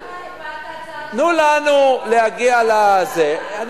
למה, תנו לנו להגיע, חברת הכנסת רגב.